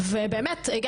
ובאמת,